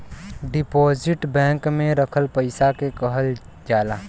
deposit bank में रखल पइसा के कहल जाला